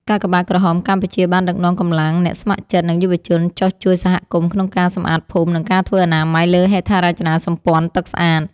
កាកបាទក្រហមកម្ពុជាបានដឹកនាំកម្លាំងអ្នកស្ម័គ្រចិត្ត និងយុវជនចុះជួយសហគមន៍ក្នុងការសម្អាតភូមិ និងការធ្វើអនាម័យលើហេដ្ឋារចនាសម្ព័ន្ធទឹកស្អាត។